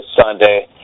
sunday